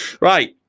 Right